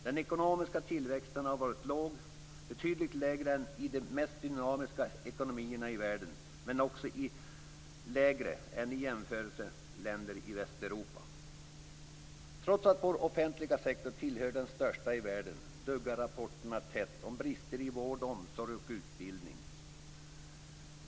Den ekonomiska tillväxten har varit låg, betydligt lägre än i de mest dynamiska ekonomierna i världen, men också lägre än i jämförbara länder i Västeuropa. Trots att vår offentliga sektor är en av de största i världen, duggar rapporterna tätt om brister i vård, omsorg och utbildning.